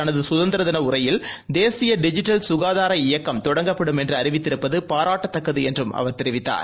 தனதுகதந்திரதினஉரையில் தேசியடிஜிட்டல் ககாதார இயக்கம் தொடங்கப்படும் என்றுஅறிவித்திருப்பதுபாராட்டத்தக்கதுஎன்றும் அவர் தெரிவித்தார்